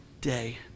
day